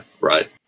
Right